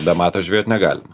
be mato žvejot negalima